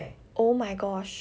oh my gosh